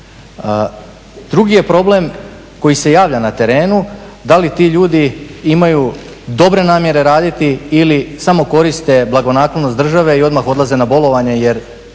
Drugi je problem koji se javlja na terenu da li ti ljudi imaju dobre namjere raditi ili samo koriste blagonaklonost države i odmah odlaze na bolovanje jer